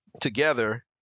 together